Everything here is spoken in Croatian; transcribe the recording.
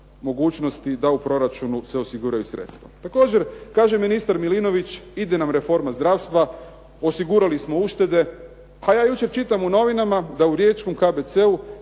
mogućnosti da se u proračunu osiguraju sredstva. Također kaže ministar Milinović ide nam reforma zdravstva, osigurali smo uštede. Pa jučer čitam u novinama da u Riječkom KBC-u